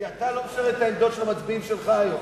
כי אתה לא משרת את העמדות של המצביעים שלך היום,